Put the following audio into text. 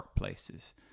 workplaces